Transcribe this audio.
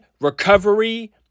recovery